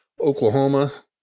Oklahoma